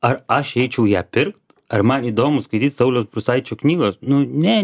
ar aš eičiau ją pirkt ar man įdomu skaityt sauliaus prūsaičio knygos nu ne